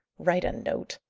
write a note!